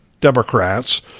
Democrats